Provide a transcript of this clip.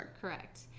Correct